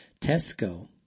Tesco